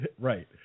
Right